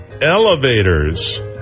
Elevators